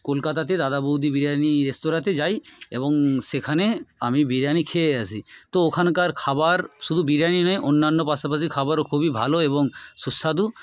কলকাতাতে দাদা বৌদি বিরিয়ানি রেস্তরাঁতে যাই এবং সেখানে আমি বিরিয়ানি খেয়ে আসি তো ওখানকার খাবার শুধু বিরিয়ানি নয় অন্যান্য পাশাপাশি খাবারও খুবই ভালো এবং সুস্বাদু